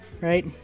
right